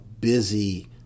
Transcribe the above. busy